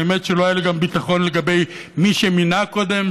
האמת שלא היה לי גם ביטחון לגבי מי שהוא מינה קודם,